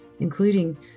including